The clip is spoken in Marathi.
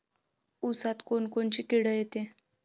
ऊसात कोनकोनची किड येते?